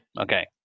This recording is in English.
okay